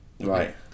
Right